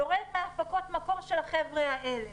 יורדת מהפקות מקור של החבר'ה האלה,